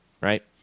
right